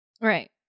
Right